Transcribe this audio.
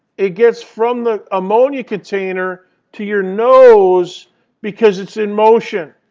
it gets from the ammonia container to your nose because it's in motion,